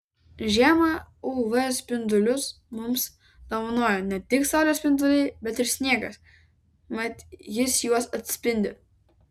žiemą uv spindulius mums dovanoja ne tik saulės spinduliai bet ir sniegas mat jis juos atspindi